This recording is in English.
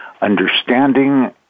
understanding